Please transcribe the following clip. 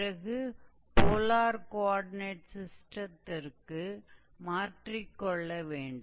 பிறகு polar coordinate சிஸ்டத்திற்கு மாற்றிக் கொள்ள வேண்டும்